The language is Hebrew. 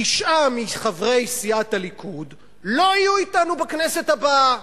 תשעה מחברי סיעת הליכוד לא יהיו אתנו בכנסת הבאה.